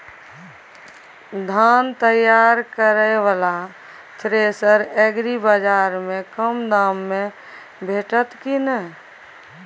धान तैयार करय वाला थ्रेसर एग्रीबाजार में कम दाम में भेटत की नय?